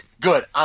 good